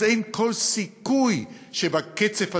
אז אין כל סיכוי שבקצב הזה,